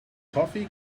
toffee